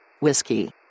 whiskey